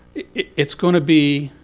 it's going to be